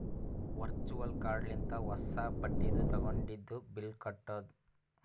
virtual card ಲಿಂತ ಹೊಸಾ ಬಟ್ಟಿದು ತಗೊಂಡಿದು ಬಿಲ್ ಕಟ್ಟುದ್